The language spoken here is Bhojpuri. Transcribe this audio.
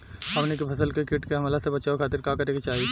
हमनी के फसल के कीट के हमला से बचावे खातिर का करे के चाहीं?